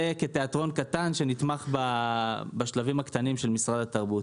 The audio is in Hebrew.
זה כתיאטרון קטן שנתמך בשלבים הקטנים של משרד התרבות.